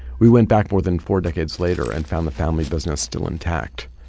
we went back more than four decades later and found the family business still intact,